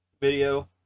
video